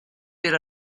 bir